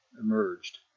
emerged